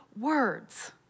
words